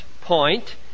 point